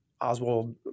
Oswald